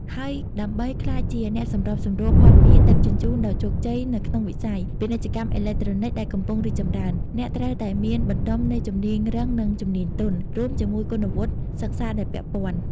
ហើយដើម្បីក្លាយជាអ្នកសម្របសម្រួលភស្តុភារដឹកជញ្ជូនដ៏ជោគជ័យនៅក្នុងវិស័យ ពាណិជ្ជកម្មអេឡិចត្រូនិកដែលកំពុងរីកចម្រើន អ្នកត្រូវតែមានបណ្តុំនៃជំនាញរឹងនិងជំនាញទន់ រួមជាមួយគុណវុឌ្ឍិសិក្សាដែលពាក់ព័ន្ធ។